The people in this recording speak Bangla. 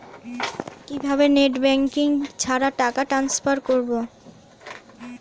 কিভাবে নেট ব্যাঙ্কিং ছাড়া টাকা ট্রান্সফার করবো?